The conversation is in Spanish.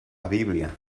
biblia